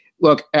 look